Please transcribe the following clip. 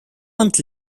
month